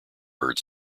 bird